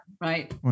Right